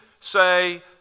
say